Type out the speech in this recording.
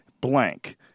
blank